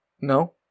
No